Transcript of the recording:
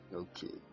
okay